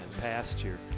pasture